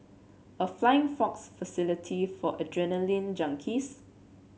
a flying fox facility for adrenaline junkies